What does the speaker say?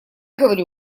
говорю